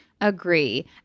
Agree